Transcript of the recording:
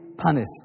Punished